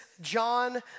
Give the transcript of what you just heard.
John